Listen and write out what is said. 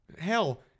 Hell